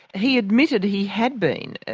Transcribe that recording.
he admitted he had been.